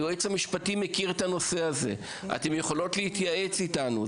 היועץ המשפטי מכיר את הנושא הזה ואתן יכולות להתייעץ איתנו.